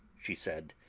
she said,